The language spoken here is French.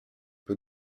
peu